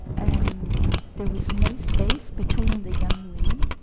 and there was no space between the young women,